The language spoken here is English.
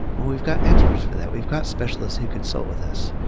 we've got experts for that. we've got specialists who consult with us,